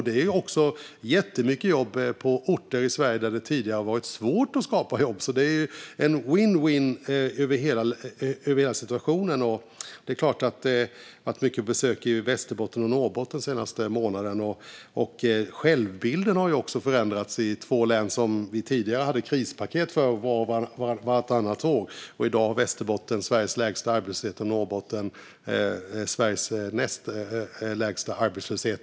Det ger också massor av jobb på orter i Sverige där det tidigare varit svårt att skapa jobb, så hela situationen är vinn-vinn. Det har varit många besök i Västerbotten och Norrbotten den senaste månaden. Självbilden har förändrats i två län som vi tidigare hade krispaket för vart och vartannat år. I dag har Västerbotten Sveriges lägsta arbetslöshet och Norrbotten Sveriges näst lägsta arbetslöshet.